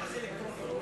תעשה הצבעה אלקטרונית.